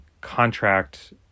contract